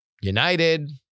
United